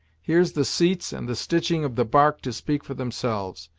here's the seats and the stitching of the bark to speak for themselves.